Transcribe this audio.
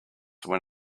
when